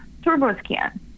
TurboScan